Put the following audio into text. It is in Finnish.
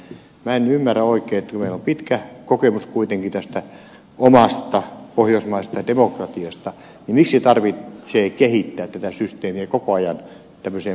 minä en ymmärrä oikein kun meillä on pitkä kokemus kuitenkin tästä omasta pohjoismaisesta demokratiasta miksi tarvitsee kehittää tätä systeemiä koko ajan tämmöiseen poliisivaltion suuntaan